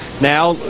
now